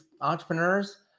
entrepreneurs